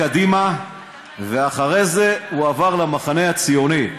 לקדימה, אחרי זה הוא עבר למחנה הציוני.